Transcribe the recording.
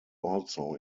also